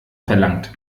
verlangt